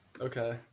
Okay